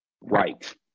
right